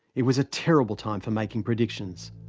it was a terrible time for making predictions.